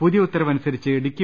പുതിയ ഉത്തരവനുസരിച്ച് ഇടുക്കി